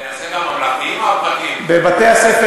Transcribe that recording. בבתי-הספר